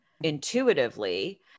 intuitively